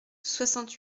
soixante